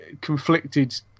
conflicted